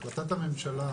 החלטת הממשלה,